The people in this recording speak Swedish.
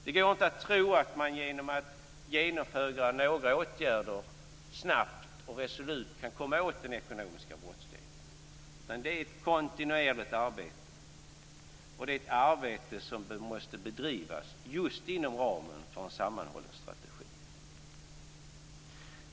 Det går inte att tro att man genom att genomföra några åtgärder snabbt och resolut kan komma åt den ekonomiska brottsligheten. Det är ett kontinuerligt arbete. Det är ett arbete som måste bedrivas just inom ramen för en sammanhållen strategi.